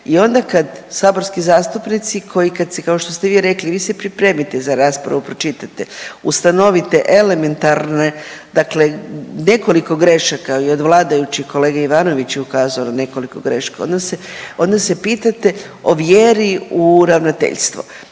I onda kad saborski zastupnici koji kad se, kao što ste vi rekli, vi se pripremite za raspravu, pročitate, ustanovite elementarne dakle nekoliko grešaka i od vladajućih i kolega Ivanović je ukazao na nekoliko grešaka, onda se, onda se pitate o vjeri u ravnateljstvo.